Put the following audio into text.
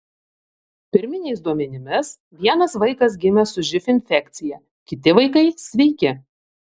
pirminiais duomenimis vienas vaikas gimė su živ infekcija kiti vaikai sveiki